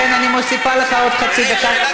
אבל, לכן אני מוסיפה לך עוד חצי דקה.